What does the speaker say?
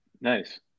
Nice